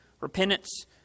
repentance